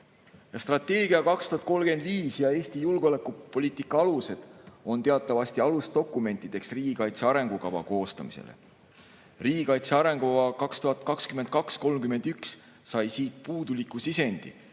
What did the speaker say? Strateegia "Eesti 2035" ja "Eesti julgeolekupoliitika alused" on teatavasti alusdokumentideks riigikaitse arengukava koostamisel. "Riigikaitse arengukava 2022–2031" sai siit puuduliku sisendi,